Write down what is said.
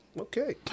Okay